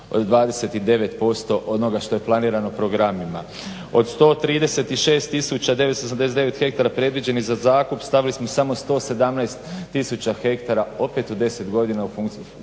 29% onoga što je planirano programima. Od 136 989 hektara predviđenih za zakup stavili smo samo 117 tisuća hektara opet u 10 godina u obliku